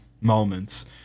moments